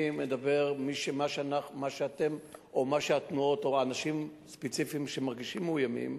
אני מדבר על התנועות או אנשים ספציפיים שמרגישים מאוימים.